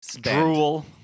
drool